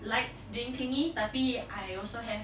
likes being clingy but I also have